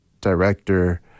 director